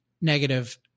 negative